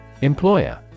Employer